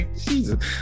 Jesus